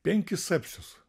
penkis sepsius